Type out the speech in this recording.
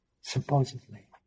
supposedly